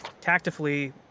tactically